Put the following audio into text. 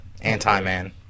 Anti-Man